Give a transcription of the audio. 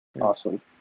awesome